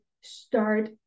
start